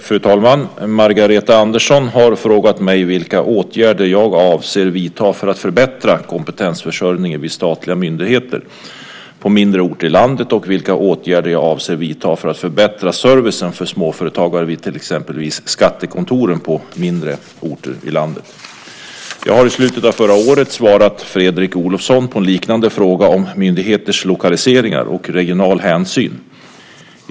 Fru talman! Margareta Andersson har frågat mig vilka åtgärder jag avser att vidta för att förbättra kompetensförsörjningen vid statliga myndigheter på mindre orter i landet och vilka åtgärder jag avser att vidta för att förbättra servicen för småföretagare vid exempelvis skattekontoren på mindre orter i landet. Jag har i slutet av förra året svarat Fredrik Olovsson på en liknande fråga om myndigheters lokaliseringar och regional hänsyn.